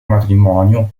matrimonio